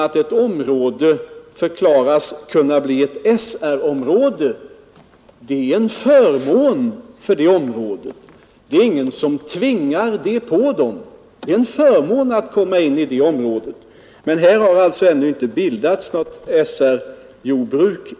Att ett område förklaras kunna bli ett SR-område är en förmån; ingen tvingar någon till det. Men det är som sagt en förmån att komma in i det området. I det område som här är aktuellt har det emellertid ännu inte bildats något SR-jordbruk.